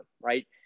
right